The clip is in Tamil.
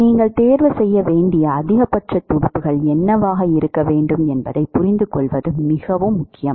நீங்கள் தேர்வு செய்ய வேண்டிய அதிகபட்ச துடுப்புகள் என்னவாக இருக்க வேண்டும் என்பதைப் புரிந்துகொள்வது மிகவும் முக்கியம்